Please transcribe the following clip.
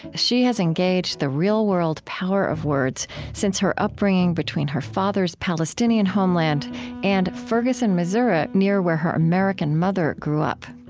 she has engaged the real-world power of words since her upbringing between her father's palestinian homeland and ferguson, missouri, near where her american mother grew up.